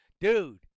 dude